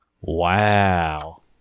Wow